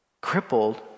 crippled